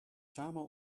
samen